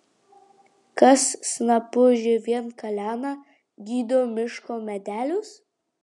kas snapu žievėn kalena gydo miško medelius